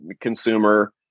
consumer